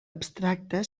abstracte